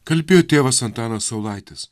kalbėjo tėvas antanas saulaitis